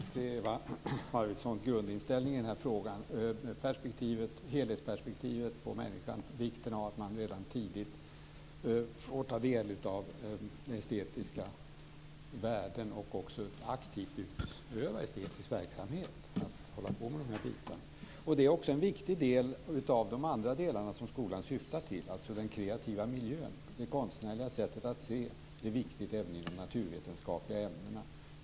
Herr talman! Jag delar helt Eva Arvidssons grundinställning i den här frågan - helhetsperspektivet på människan och vikten av att man redan tidigt får del av estetiska värden och även aktivt får utöva estetisk verksamhet. Det är också en viktig del av det som skolan totalt syftar till. Den kreativa miljön och det konstnärliga sättet att se är viktigt även i de naturvetenskapliga ämnena.